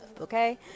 okay